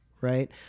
right